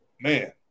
Man